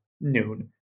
noon